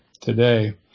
today